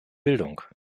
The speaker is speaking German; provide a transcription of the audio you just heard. bildung